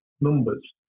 numbers